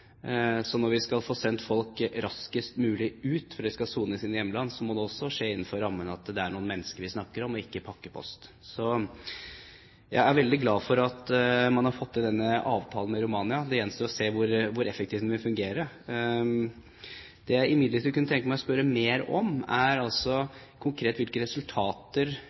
Så når vi skal sende folk raskest mulig ut for at de skal sone i sine hjemland, må det skje innenfor rammen av at det er mennesker vi snakker om, og ikke pakkepost. Jeg er veldig glad for at man har fått til denne avtalen med Romania. Det gjenstår å se hvor effektivt den vil fungere. Det jeg imidlertid kunne tenke meg å spørre mer om, er konkret hvilke resultater